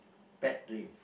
pet peeve